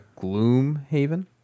Gloomhaven